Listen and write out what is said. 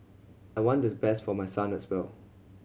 I want does best for my son as well